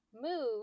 move